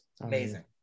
Amazing